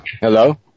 Hello